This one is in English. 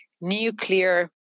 nuclear